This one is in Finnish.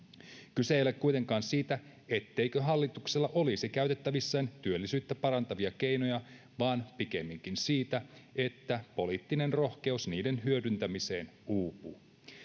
kyse ei ole kuitenkaan siitä etteikö hallituksella olisi käytettävissään työllisyyttä parantavia keinoja vaan pikemminkin siitä että poliittinen rohkeus niiden hyödyntämiseen uupuu